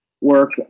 work